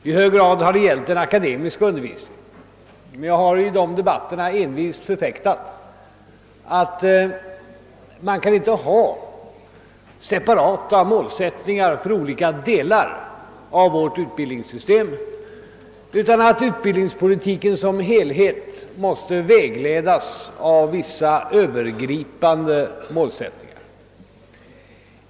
I hög grad har debatten gällt den akademiska undervisningen och jag har envist förfäktat att man inte kan ha separata målsättningar för olika delar av vårt utbildningssystem, utan att utbildningspolitiken som helhet måste vägledas av vissa övergripande målsättningar.